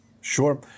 Sure